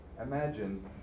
imagine